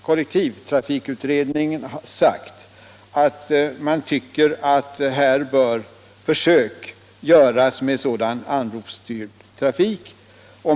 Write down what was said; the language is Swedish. Kollektivtrafikutredningen har sagt att man tycker att försök bör göras med sådan anropsstyrd trafik.